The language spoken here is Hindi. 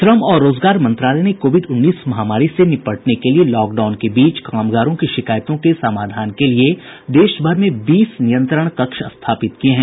श्रम और रोजगार मंत्रालय ने कोविड उन्नीस महामारी से निपटने के लिए लॉकडाउन के बीच कामगारों की शिकायतों के समाधान के लिए देशभर में बीस नियंत्रण कक्ष स्थापित किए हैं